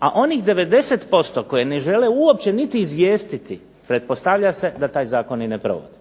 a onih 90% koji ne žele uopće niti izvijestiti pretpostavlja se da taj zakon ni ne provode,